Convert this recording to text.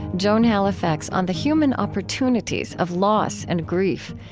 joan halifax on the human opportunities of loss and grief,